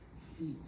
feet